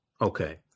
Okay